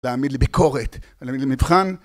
להעמיד לביקורת, ולהעמיד למבחן